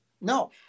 No